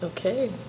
Okay